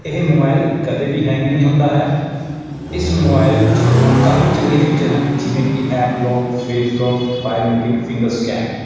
ਇਹ ਮੋਬਾਈਲ ਕਦੇ ਵੀ ਹੈਂਗ ਨਹੀਂ ਹੁੰਦਾ ਹੈ ਇਸ ਮੋਬਾਈਲ 'ਚ ਕਾਫੀ ਚੰਗੇ ਫੀਚਰ ਹਨ ਜਿਵੇਂ ਕਿ app lock face lock biometric finger scan